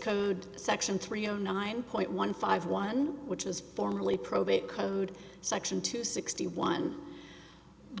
code section three zero nine point one five one which was formerly probate code section two sixty one